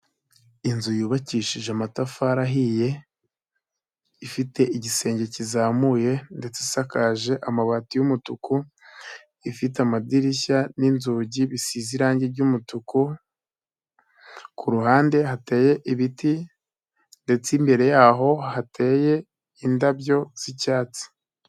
Inzu yubakishije amatafari ahiye ifite igisenge kizamuye ndetse isakaje amabati y'umutuku, ifite amadirishya nzugi bisize irangi ry'umutuku, ku ruhande hateye ibiti ndetse imbere yaho hateye indabyo z'icyatsi.